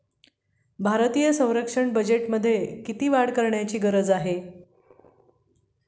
भारतीय संरक्षण बजेटमध्ये किती वाढ करण्याची गरज आहे?